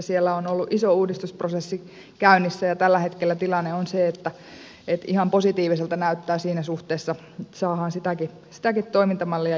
siellä on ollut iso uudistusprosessi käynnissä ja tällä hetkellä tilanne on se että ihan positiiviselta näyttää siinä suhteessa että saadaan sitäkin toimintamallia järkevöitettyä